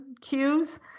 cues